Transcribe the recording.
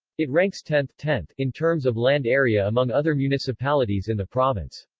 it ranks tenth tenth in terms of land area among other municipalities in the province.